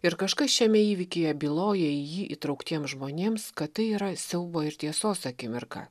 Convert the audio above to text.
ir kažkas šiame įvykyje byloja į jį įtrauktiem žmonėms kad tai yra siaubo ir tiesos akimirka